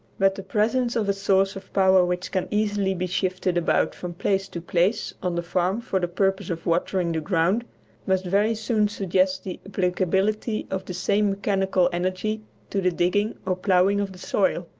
but the presence of a source of power which can easily be shifted about from place to place on the farm for the purpose of watering the ground must very soon suggest the applicability of the same mechanical energy to the digging or ploughing of the soil.